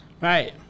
Right